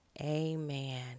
Amen